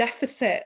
deficit